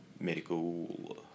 medical